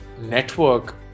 network